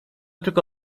tylko